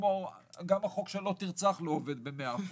אבל גם החוק של לא תרצח לא עובד במאה אחוז.